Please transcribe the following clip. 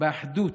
באחדות,